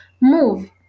move